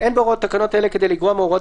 "(א) אין בהוראות תקנות אלה כדי לגרוע מהוראות